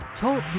Talk